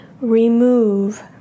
Remove